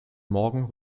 morgen